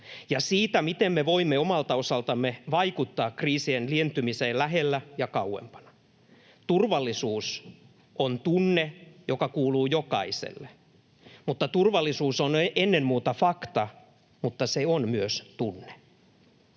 ja siitä, miten me voimme omalta osaltamme vaikuttaa kriisien lientymiseen lähellä ja kauempana. Turvallisuus on tunne, joka kuuluu jokaiselle. Turvallisuus on ennen muuta fakta, mutta se on myös tunne.